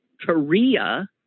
Korea